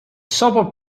suburb